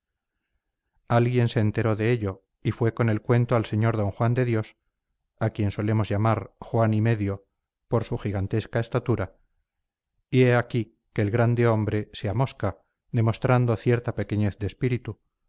alguien se enteró de ello y fue con el cuento al sr d juan de dios a quien solemos llamar juan y medio por su gigantesca estatura y he aquí que el grande hombre se amosca demostrando cierta pequeñez de espíritu